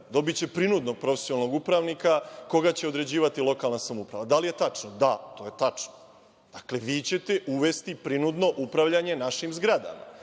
dobiće prinudnog profesionalnog upravnika koga će određivati lokalna samouprava. Da li je tačno? Da, to je tačno. Dakle, vi ćete uvesti prinudno upravljanje našim zgradama. Šta